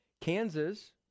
Kansas